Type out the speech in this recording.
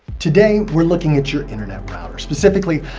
today, we're looking at your internet router. specifically,